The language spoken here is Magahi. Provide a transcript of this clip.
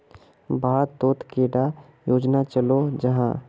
भारत तोत कैडा योजना चलो जाहा?